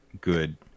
good